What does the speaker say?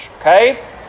okay